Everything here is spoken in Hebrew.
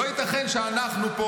לא ייתכן שאנחנו פה,